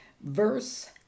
Verse